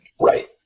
Right